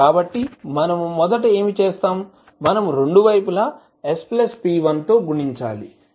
కాబట్టి మనం మొదట ఏమి చేస్తాము మనము రెండు వైపులా s p1 గుణించాలి